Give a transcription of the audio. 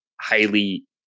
highly